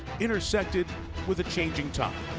intersected with a change in time.